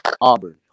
Auburn